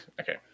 Okay